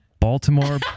Baltimore